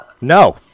No